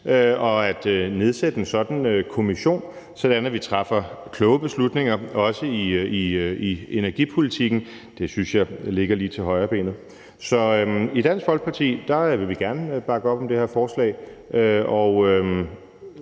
og at nedsætte en sådan kommission, sådan at vi også træffer kloge beslutninger i energipolitikken, synes jeg ligger lige til højrebenet. Så i Dansk Folkeparti vil vi gerne bakke op om det her forslag,